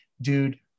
dude